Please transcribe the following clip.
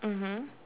mmhmm